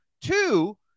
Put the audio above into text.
Two